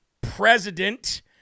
president